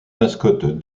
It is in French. mascotte